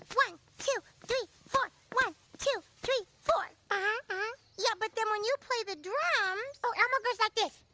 one, two, three, four. one, two, three, four. ah, huh. yeah but then when you play the drums. oh elmo goes like this.